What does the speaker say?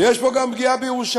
ויש פה גם פגיעה בירושלים.